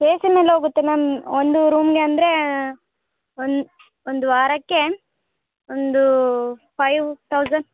A C ಮೇಲೆ ಹೋಗುತ್ತೆ ma'am ಒಂದು ರೂಮಿಗೆ ಅಂದರೆ ಒಂದು ಒಂದು ವಾರಕ್ಕೆ ಒಂದು ಫೈವ್ ತೌಸಂಡ್